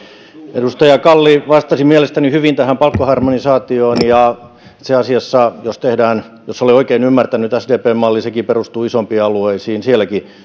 edustaja kalli vastasi mielestäni hyvin tähän palkkaharmonisaatioon ja itse asiassa jos olen oikein ymmärtänyt sdpn mallin niin sekin perustuu isompiin alueisiin ja sielläkin